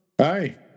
Hi